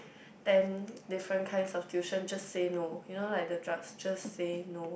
then different kinds of tuition just say no you know like the judges say no